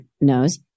knows